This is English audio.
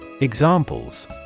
Examples